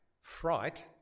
fright